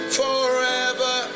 forever